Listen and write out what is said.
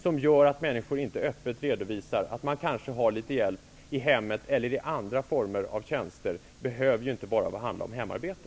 De gör att människor inte öppet redovisar att de kanske har litet hjälp i hemmet eller i andra former av tjänster. Det behöver ju inte enbart handla om hemarbete.